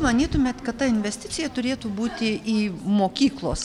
manytumėt kad ta investicija turėtų būti į mokyklos